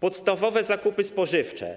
Podstawowe zakupy spożywcze: